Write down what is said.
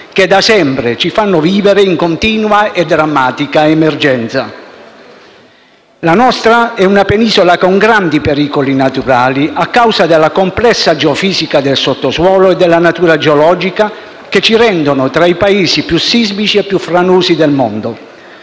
che da sempre ci fanno vivere in continua e drammatica emergenza. La nostra è una penisola con grandi pericoli naturali, a causa della complessa geofisica del sottosuolo e della natura geologica, che ci rendono tra i Paesi più sismici e più franosi del mondo.